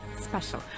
special